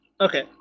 Okay